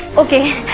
okay,